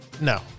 no